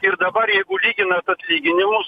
ir dabar jeigu lyginat atlyginimus